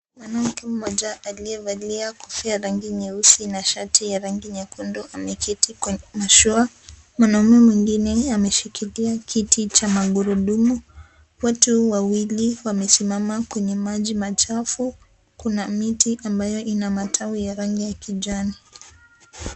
Mwanamke mmoja aliyevalia kofia la rangi nyeusi na shati ya rangi nyekundu ameketi kwenye mashua , mwanaume mwingine ameshikilia kiti cha magurudumu . Watu wawili wamesimama kwenye maji machafu, kuna miti ambayo ina matawi ya rangi ya kijani.